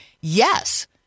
Yes